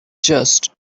just